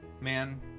man